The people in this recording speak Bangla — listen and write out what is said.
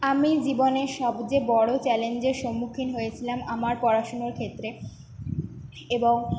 আমি জীবনে সবচেয়ে বড়ো চ্যালেঞ্জের সম্মুখীন হয়েছিলাম আমার পড়াশুনোর ক্ষেত্রে এবং